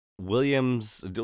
Williams